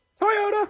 Toyota